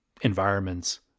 environments